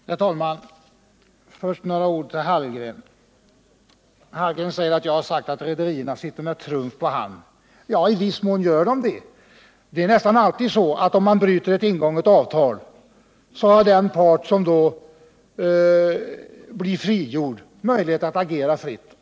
Herr talman! Först några ord till Karl Hallgren. Han påstår att jag har sagt att rederierna sitter med trumf på hand. Ja, i viss mån gör de det. Om man bryter ett ingånget avtal, har nästan alltid den part som då blir frigjord möjlighet att agera fritt.